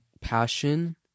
passion